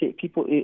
People